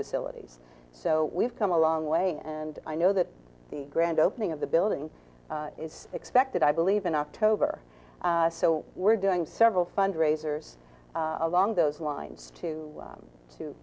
facilities so we've come a long way and i know that the grand opening of the building is expected i believe in october so we're doing several fundraisers along those lines to